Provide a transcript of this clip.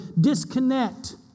disconnect